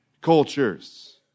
cultures